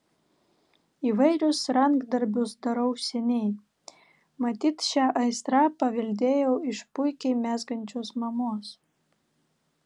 įvairius rankdarbius darau seniai matyt šią aistrą paveldėjau iš puikiai mezgančios mamos